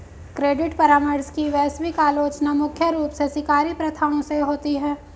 credit परामर्श की वैश्विक आलोचना मुख्य रूप से शिकारी प्रथाओं से होती है